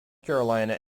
carolina